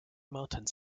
mountains